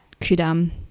Kudam